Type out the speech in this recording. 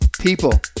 people